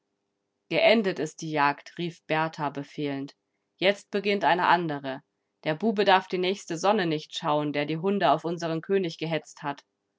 geendet ist die jagd rief berthar befehlend jetzt beginnt eine andere der bube darf die nächste sonne nicht schauen der die hunde auf unseren könig gehetzt hat